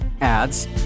ads